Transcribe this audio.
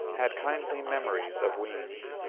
had kindly memories of weems.